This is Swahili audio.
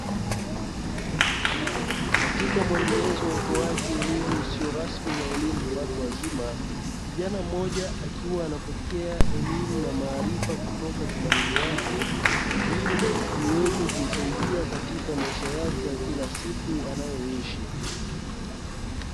Katika muendelezo wa utoaji elimu isiyo rasmi na elimu kwa watu wazima, kijana mmoja akiwa anapokea elimu na maarifa kutoka kwa malimu wake ili iweze kumsaidia katika maisha yake ya kila siku anayoishi.